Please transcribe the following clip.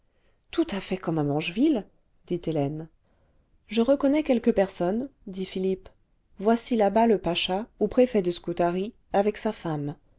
tout à fait comme à mancheville dit hélène je reconnais quelques personnes dit philippe voici là-bas le pacha ou préfet de scutari avec sa femme